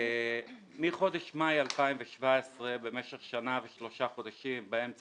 מחודש מאי 2017 במשך שנה ושלושה חודשים באמצע